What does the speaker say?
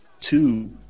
Two